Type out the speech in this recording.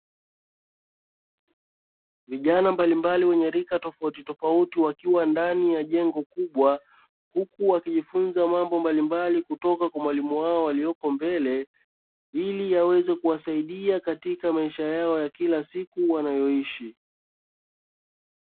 Vijana mbalimbali wenye rika tofauti tofauti wakiwa ndani ya jengo kubwa huku wakijifunza mambo mbalimbali kutoka kwa mwalimu wao aliyepo mbele, ili yaweze kuwasaida katika maisha yao ya kila siku wanayoishi.